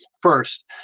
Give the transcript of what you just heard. first